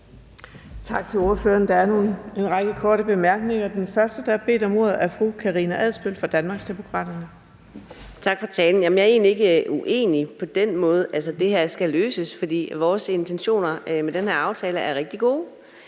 Tak til ordføreren. Der er en række korte bemærkninger. Den første, der har bedt om ordet, er fru Karina Adsbøl fra Danmarksdemokraterne. Kl. 13:12 Karina Adsbøl (DD): Tak for talen. Jeg er egentlig ikke uenig på den måde. Det her skal løses, for vores intentioner med den her aftale er rigtig gode.